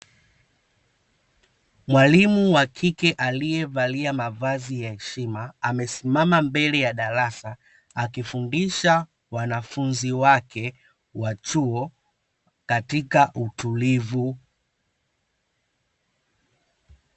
Mwalimu wa kike aliyevalia mavazi ya heshima, amesimama mbele ya darasa akifundisha wanafunzi wake wa chuo katika utulivu.